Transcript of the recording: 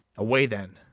away, then!